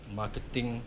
marketing